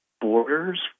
borders